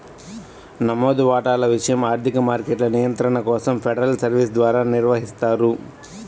నమోదు వాటాల విషయం ఆర్థిక మార్కెట్ల నియంత్రణ కోసం ఫెడరల్ సర్వీస్ ద్వారా నిర్వహిస్తారు